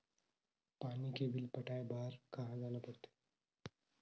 पानी के बिल पटाय बार कहा जाना पड़थे?